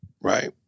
Right